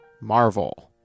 Marvel